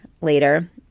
later